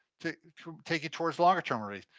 take take it towards longer term relief.